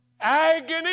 agony